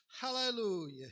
Hallelujah